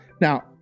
Now